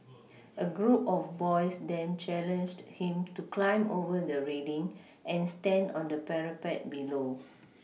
a group of boys then challenged him to climb over the railing and stand on the parapet below